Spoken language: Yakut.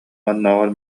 оннооҕор